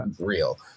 real